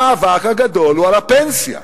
המאבק הגדול הוא על הפנסיה,